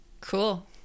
cool